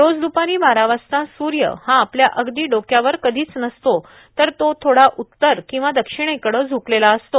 रोज द्पारी बारावाजता स्र्य हा आपल्या अगदी डोक्यावर कधीच नसतो तर तो थोडा उत्तर किवा दक्षिणेकडं झूकलेला असतो